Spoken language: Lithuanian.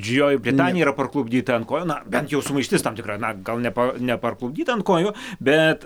džidžioji britanija yra parklupdyta ant kojų na bent jau sumaištis tam tikra na gal ne pa neparklupdyta ant kojų bet